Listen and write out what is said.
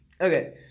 Okay